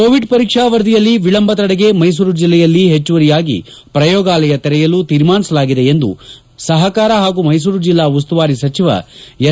Covid ಪರೀಕ್ಷಾ ವರದಿಯಲ್ಲಿ ವಿಳಂಬ ತಡೆಗೆ ಮೈಸೂರು ಜಿಲ್ಲೆಯಲ್ಲಿ ಹೆಚ್ಚುವರಿಯಾಗಿ ಪ್ರಯೋಗಾಲಯ ತೆರೆಯಲು ತೀರ್ಮಾನಿಸಲಾಗಿದೆ ಎಂದು ಸಹಕಾರ ಹಾಗೂ ಮೈಸೂರು ಜಿಲ್ಲಾ ಉಸ್ತುವಾರಿ ಸಚಿವ ಎಸ್